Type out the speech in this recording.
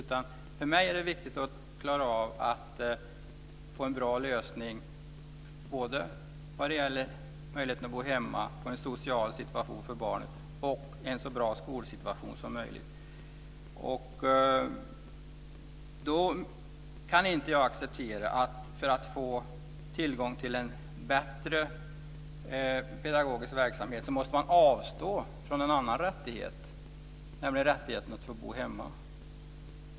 Men för mig är det viktigt att klara av att få en bra lösning både vad gäller möjligheten att bo hemma med en bra social situation för barnet och en så bra skolsituation som möjligt. Jag kan inte acceptera att man för att få tillgång till en bättre pedagogisk verksamhet måste avstå från en annan rättighet, nämligen rättigheten att bo hemma.